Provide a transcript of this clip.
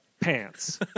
pants